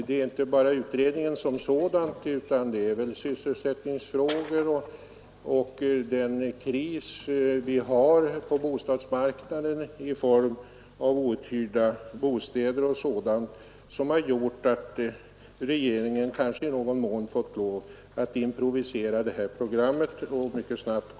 Det är inte bara utredningen som sådan, utan det är sysselsättningsfrågorna och krisen på bostadsmarknaden — som t.ex. tar sig uttryck i outhyrda bostäder — som gjort att regeringen fått lov att i någon mån improvisera fram detta program snabbt.